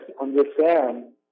understand